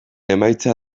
emaitza